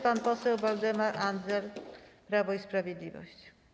Pan poseł Waldemar Andzel, Prawo i Sprawiedliwość.